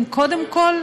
הם קודם כול,